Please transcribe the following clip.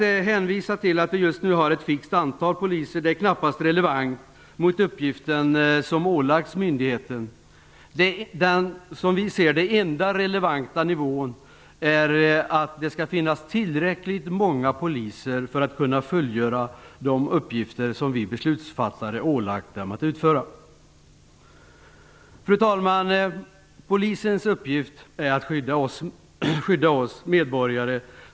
Att hänvisa till att vi just nu har ett fixerat antal poliser är knappast relevant i fråga om den uppgift som ålagts myndigheten. Som vi ser det är det enda relevanta att det skall finnas tillräckligt många poliser för att de uppgifter som vi beslutsfattare har ålagt dem skall kunna fullgöras. Fru talman! Polisens uppgift är att skydda oss medborgare.